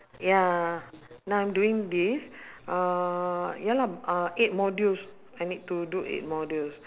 ya now I'm doing this uh ya lah uh eight modules I need to do eight modules